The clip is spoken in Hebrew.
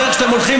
בדרך שאתם הולכים,